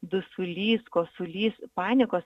dusulys kosulys panikos